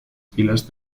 filas